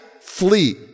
flee